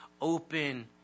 open